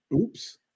oops